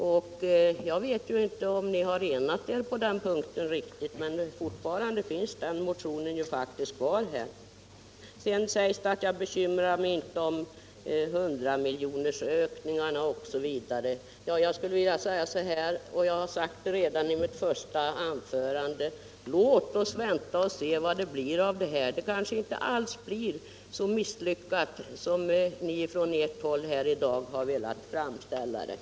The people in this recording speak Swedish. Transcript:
Jag vet inte om ni har enat er riktigt på den punkten, men motionen finns fortfarande kvar. Det har också sagts att jag inte bekymrar mig om hundramiljonersökningar osv. Jag har sagt redan i mitt första anförande: Låt oss vänta och se vad det blir av det här. Flyttningen kanske inte blir så misslyckad som ni i dag har velat framställa den.